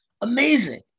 amazing